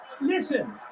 Listen